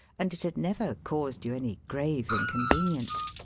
and it had never caused you any grave inconvenience.